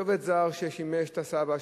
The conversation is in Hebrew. יש עובד זר ששימש את הסבא,